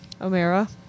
Omera